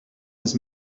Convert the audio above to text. his